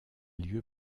lieu